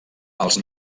els